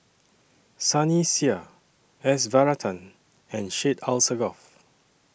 Sunny Sia S Varathan and Syed Alsagoff